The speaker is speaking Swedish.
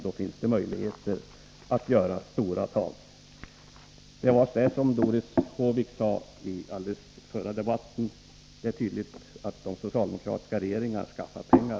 Då finns det möjlighet att ta stora tag. — Som Doris Håvik sade i den föregående debatten är det tydligt att de socialdemokratiska regeringarna kan skaffa pengar.